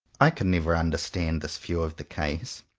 i can never understand this view of the case.